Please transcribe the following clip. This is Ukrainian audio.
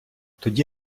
тоді